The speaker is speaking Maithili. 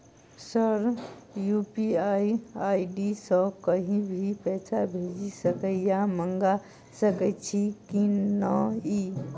सर यु.पी.आई आई.डी सँ कहि भी पैसा भेजि सकै या मंगा सकै छी की न ई?